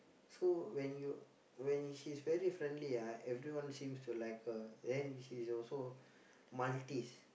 so when you when she's very friendly ah everyone seems to like her and she's also Maltese